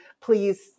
please